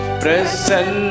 present